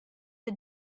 the